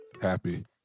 Happy